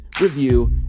review